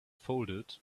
folded